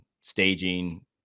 staging